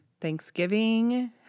Thanksgiving